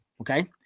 Okay